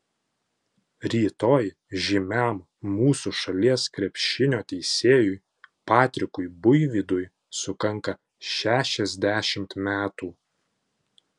rytoj žymiam mūsų šalies krepšinio teisėjui patrikui buivydui sukanka šešiasdešimt metų